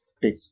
big